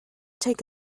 take